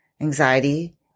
anxiety